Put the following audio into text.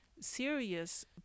serious